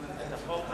עברה